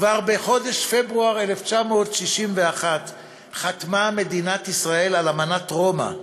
כבר בחודש פברואר 1961 חתמה מדינת ישראל על אמנת רומא,